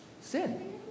sin